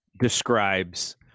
describes